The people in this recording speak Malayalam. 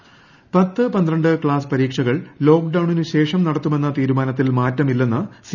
ഇ പരീക്ഷ പത്ത് പന്ത്രണ്ട് ക്ലാസ്സ് പരീക്ഷകൾ ലോക്ഡൌണിനു ശേഷം നടത്തുമെന്ന തീരുമാനത്തിൽ മാറ്റമില്ലെന്ന് സി